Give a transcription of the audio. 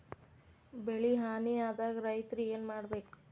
ಬೆಳಿ ಹಾನಿ ಆದಾಗ ರೈತ್ರ ಏನ್ ಮಾಡ್ಬೇಕ್?